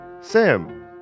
Sam